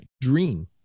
dream